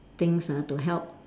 things ah to help